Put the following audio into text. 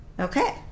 Okay